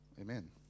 Amen